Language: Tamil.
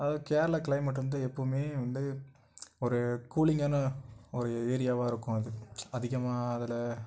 அதாவது கேரளா கிளைமேட் வந்து எப்போவுமே வந்து ஒரு கூலிங்கான ஒரு ஏரியாவாக இருக்கும் அது அதிகமாக அதில்